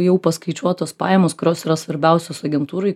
jau paskaičiuotos pajamos kurios yra svarbiausios agentūrai